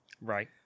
Right